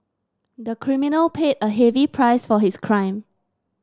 the criminal paid a heavy price for his crime